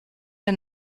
der